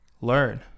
learn